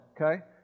Okay